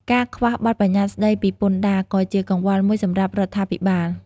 ការខ្វះបទប្បញ្ញត្តិស្តីពីពន្ធដារក៏ជាកង្វល់មួយសម្រាប់រដ្ឋាភិបាល។